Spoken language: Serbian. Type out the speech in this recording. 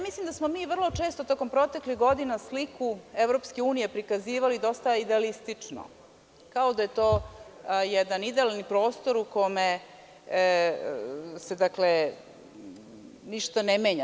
Mislim da smo mi vrlo često tokom proteklih godina sliku EU prikazivali dosta idealistično, kao da je to jedan idealni prostor u kome se ništa ne menja.